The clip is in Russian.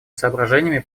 соображениями